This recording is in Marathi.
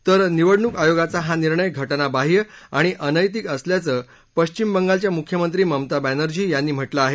तर निवडणूक आयोगाचा हा निर्णय घटनाबाह्य आणि अनैतिक असल्याचं पश्चिम बंगालच्या मुख्यमंत्री ममता बॅनर्जी यांनी म्हटलं आहे